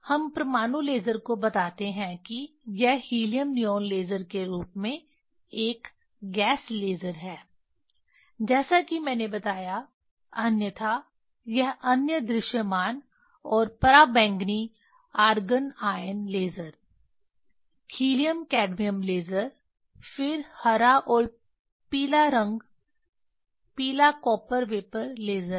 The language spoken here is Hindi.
हम परमाणु लेज़र को बताते हैं कि यह हीलियम नियॉन लेज़र के रूप में एक गैस लेज़र है जैसा कि मैंने बताया अन्यथा यह अन्य दृश्यमान और पराबैंगनी argon ion laser helium cadmium laser फिर हरा और पीला रंग पीला कॉपर वेपर लेज़र है